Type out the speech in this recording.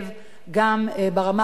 גם ברמה הבין-לאומית,